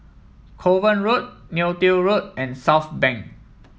Kovan Road Neo Tiew Road and Southbank